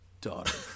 daughter